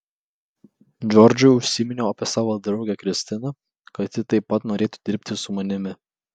džordžui užsiminiau apie savo draugę kristiną kad ji taip pat norėtų dirbti su manimi